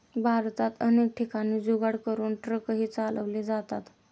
भारतात अनेक ठिकाणी जुगाड करून ट्रकही चालवले जातात